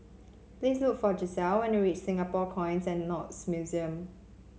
please look for Gisele when you reach Singapore Coins and Notes Museum